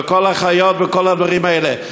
לכל החיות, לכל הדברים האלה.